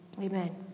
amen